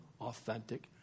authentic